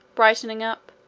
brightening up,